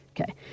Okay